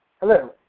Hello